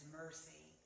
mercy